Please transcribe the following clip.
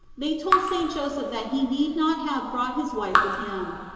they told st. joseph that he need not have brought his wife with him,